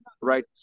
right